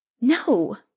No